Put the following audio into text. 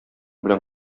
белән